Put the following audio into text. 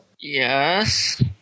Yes